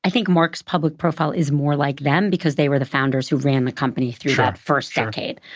think mark's public profile is more like them, because they were the founders who ran the company through that first decade.